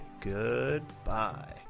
goodbye